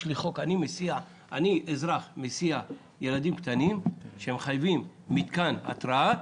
אני כאזרח מסיע ילדים קטנים, שמחייבים מתקן התרעה.